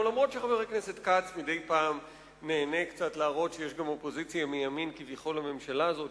אף שחבר הכנסת כץ מדי פעם נהנה קצת להראות שיש לממשלה הזאת,